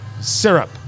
syrup